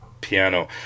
piano